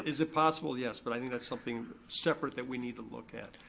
is it possible, yes, but i think that's something separate that we need to look at.